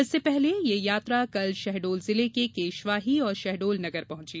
इससे पहले यह यात्रा कल शहडोल जिले के केशवाही और शहडोल नगर पहुंची